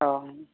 अ